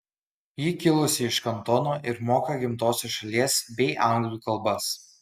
ji kilusi iš kantono ir moka gimtosios šalies bei anglų kalbas